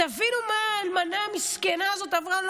תבינו מה האלמנה המסכנה הזו עברה.